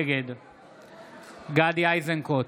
נגד גדי איזנקוט,